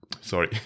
sorry